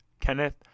Kenneth